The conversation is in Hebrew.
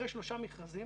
אחרי שלושה מכרזים